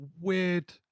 weird